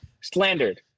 slandered